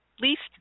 least